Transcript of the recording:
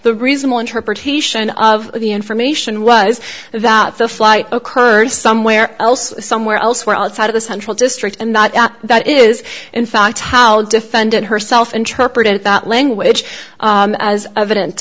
the reasonable interpretation of the information was that the flight occurred somewhere else somewhere elsewhere outside of the central district and not that is in fact how defendant herself interpreted that language as evident